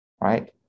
right